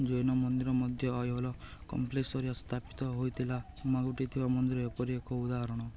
ଜୈନ ମନ୍ଦିର ମଧ୍ୟ ଆଇହୋଲ କମ୍ପ୍ଲେକ୍ସରେ ସ୍ଥାପିତ ହେଇଥିଲା ମାଗୁଟିରେ ଥିବା ମନ୍ଦିର ଏପରି ଏକ ଉଦାହରଣ